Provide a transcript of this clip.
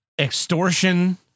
extortion